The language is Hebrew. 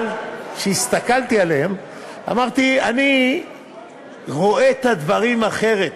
אבל כשהסתכלתי עליהם אמרתי: אני רואה את הדברים אחרת.